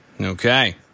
Okay